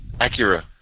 Acura